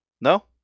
No